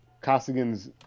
Costigan's